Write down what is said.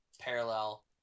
parallel